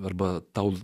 arba tau